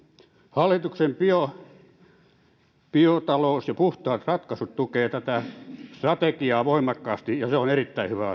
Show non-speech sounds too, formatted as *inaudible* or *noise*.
hallituksen biotalous ja puhtaat ratkaisut tukevat tätä strategiaa voimakkaasti ja se on erittäin hyvä *unintelligible*